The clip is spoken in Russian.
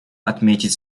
отметить